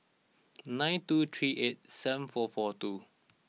nine two three eight seven four four two